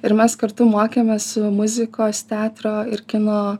ir mes kartu mokėmės muzikos teatro ir kino